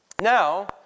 Now